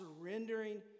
surrendering